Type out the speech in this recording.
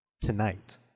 tonight